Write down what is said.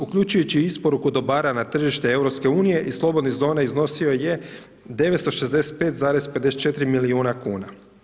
uključujući i isporuku dobara na tržište EU i slobodnih zona iznosio je 965,54 milijuna kuna.